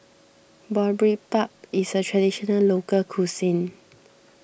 Boribap is a Traditional Local Cuisine